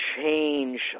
change